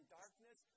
darkness